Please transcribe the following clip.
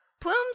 Plumes